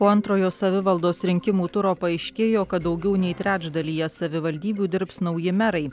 po antrojo savivaldos rinkimų turo paaiškėjo kad daugiau nei trečdalyje savivaldybių dirbs nauji merai